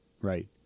right